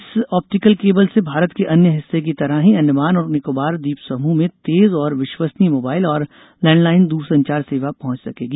इस optical cable से भारत के अन्य हिस्से की तरह ही अंडमान और निकोबार द्वीप समृह में तेज और विश्वसनीय मोबाइल और लैंडलाइन द्रसंचार सेवा पहंच सकेगी